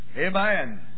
Amen